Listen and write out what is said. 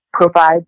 provide